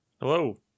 hello